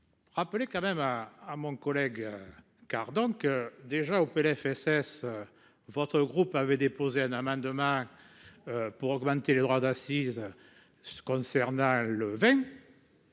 Rappeler quand même hein à mon collègue. Car, donc déjà au PLFSS. Votre groupe avait déposé un amendement. Pour augmenter les droits d'assise ce concernant le 20.